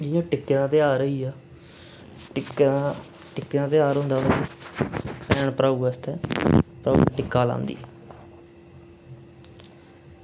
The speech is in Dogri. जियां टिक्कें दा ध्यार होइया टिक्का टिक्कें दा ध्यार होंदा भैन भ्राऊ आस्तै भैन टिक्का लांदी